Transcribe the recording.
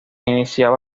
iniciaba